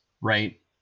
right